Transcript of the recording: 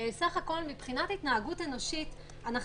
בסך הכול מבחינת ההתנהגות האנושית אנחנו